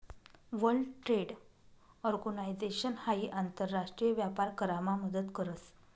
world trade organisation हाई आंतर राष्ट्रीय व्यापार करामा मदत करस